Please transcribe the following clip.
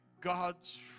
God's